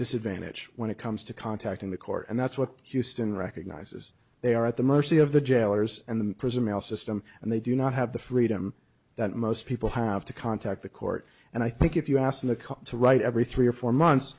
disadvantage when it comes to contacting the court and that's what houston recognizes they are at the mercy of the jailers and the prison mail system and they do not have the freedom that most people have to contact the court and i think if you asked the cop to write every three or four months